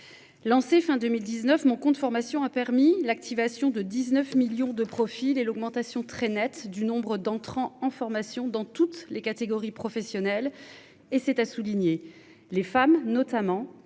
Lancé fin 2019. Mon compte formation a permis l'activation de 19 millions de profil et l'augmentation très nette du nombre d'entrants en formation dans toutes les catégories professionnelles et c'est à souligner les femmes notamment